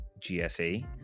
GSA